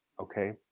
Okay